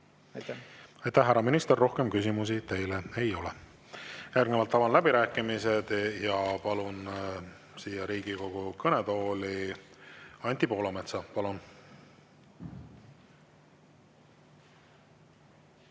Aitäh, härra minister! Rohkem küsimusi teile ei ole. Järgnevalt avan läbirääkimised ja palun Riigikogu kõnetooli Anti Poolametsa. Palun!